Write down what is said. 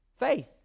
faith